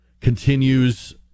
continues